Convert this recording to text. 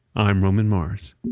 i'm roman mars